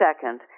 second